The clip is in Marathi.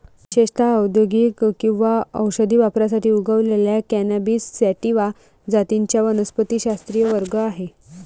विशेषत औद्योगिक किंवा औषधी वापरासाठी उगवलेल्या कॅनॅबिस सॅटिवा जातींचा वनस्पतिशास्त्रीय वर्ग आहे